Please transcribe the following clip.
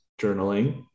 journaling